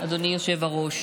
אדוני היושב-ראש,